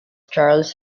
charles